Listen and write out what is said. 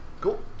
Cool